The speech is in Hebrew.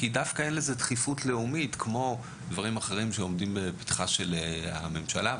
אין דחיפות לאומית כמו דברים אחרים שעומדים לפתחה של הממשלה,